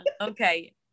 okay